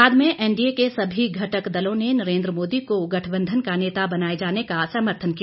बाद में एनडीए के सभी घटक दलों ने नरेन्द्र मोदी को गठबंधन का नेता बनाए जाने का समर्थन किया